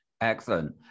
Excellent